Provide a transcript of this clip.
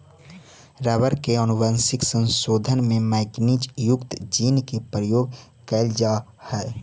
rubber के आनुवंशिक संशोधन में मैगनीज युक्त जीन के प्रयोग कैइल जा हई